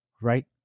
right